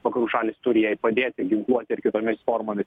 vakarų šalys turi jai padėti ginkluote ir kitomis formomis